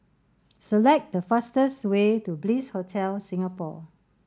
select the fastest way to Bliss Hotel Singapore